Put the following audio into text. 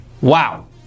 Wow